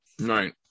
Right